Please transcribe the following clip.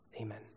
amen